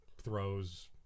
throws